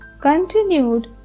continued